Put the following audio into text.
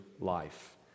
life